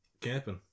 camping